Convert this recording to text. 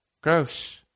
Gross